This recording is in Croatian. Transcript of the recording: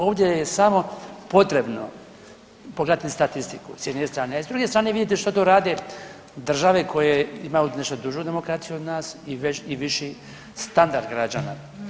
Ovdje je samo potrebno pogledati statistiku sa jedne strane, a s druge strane vidjeti što tu rade države koje imaju nešto dužu demokraciju od nas i viši standard građana.